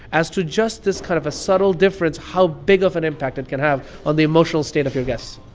as to just this kind of a subtle difference, how big of an impact it can have on the emotional state of your guests